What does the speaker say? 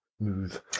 move